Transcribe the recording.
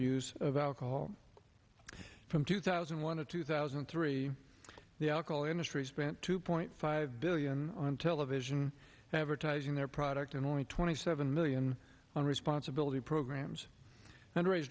use of alcohol from two thousand and one to two thousand and three the alcohol industry spent two point five billion on television advertising their product and only twenty seven million on responsibility programs undera